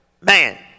Man